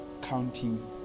counting